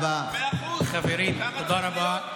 חברים, תודה רבה.